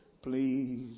Please